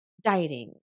dieting